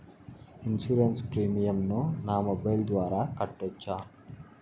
Insurance premium ను నా mobile ద్వారా కట్టొచ్చా?